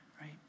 right